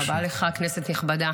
חבר הכנסת יצחק פינדרוס,